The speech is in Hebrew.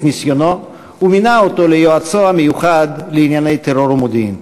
ניסיונו ומינה אותו ליועצו המיוחד לענייני טרור ומודיעין.